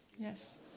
Yes